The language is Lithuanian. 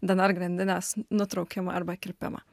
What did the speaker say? dnr grandinės nutraukimą arba kirpimą